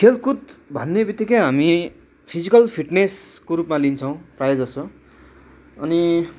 खेलकुद भन्नेबित्तिकै हामी फिजिकल फिटनेसको रूपमा लिन्छौँ प्रायःजसो अनि